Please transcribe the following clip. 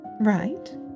right